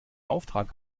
auftrag